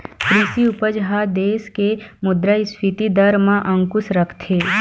कृषि उपज ह देस के मुद्रास्फीति दर म अंकुस रखथे